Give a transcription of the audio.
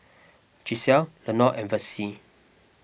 Gisele Lenord and Vessie